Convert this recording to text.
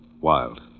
wild